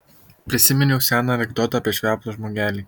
prisiminiau seną anekdotą apie šveplą žmogelį